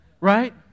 right